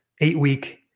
eight-week